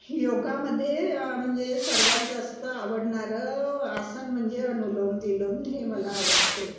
योगामध्ये म्हणजे सर्वात जास्त आवडणारं आसन म्हणजे अनुलोम विलोम हे मला आवडते